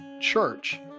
church